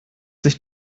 sich